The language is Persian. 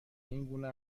اینگونه